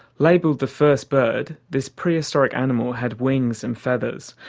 labelled the first bird this prehistoric animal had wings and feathers,